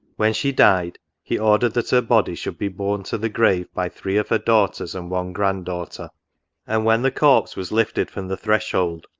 when she died, he ordered that her body should be borne to the grave by three of her daughters and one grandaughter and, when the corpse was lifted from the threshold,